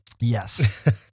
Yes